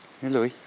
Hello